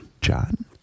John